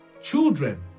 children